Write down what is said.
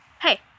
Hey